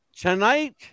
Tonight